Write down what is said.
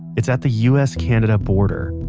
it's at the u s canada border.